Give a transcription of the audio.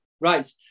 Right